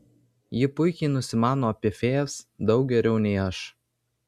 ji puikiai nusimano apie fėjas daug geriau nei aš